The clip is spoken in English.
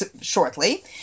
shortly